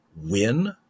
win